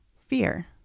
fear